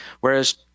Whereas